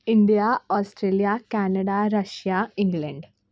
India Australia Canada Russia England